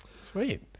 Sweet